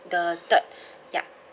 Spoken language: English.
the third ya